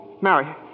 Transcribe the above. Mary